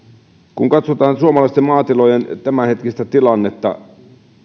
kun katsotaan suomalaisten maatilojen tämänhetkistä tilannetta